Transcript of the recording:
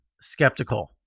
skeptical